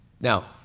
Now